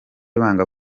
banga